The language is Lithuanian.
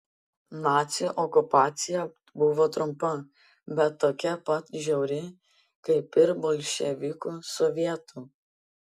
nacių okupacija buvo trumpa bet tokia pat žiauri kaip ir bolševikų sovietų